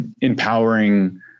empowering